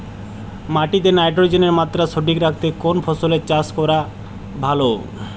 মাটিতে নাইট্রোজেনের মাত্রা সঠিক রাখতে কোন ফসলের চাষ করা ভালো?